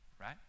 Right